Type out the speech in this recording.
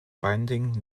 binding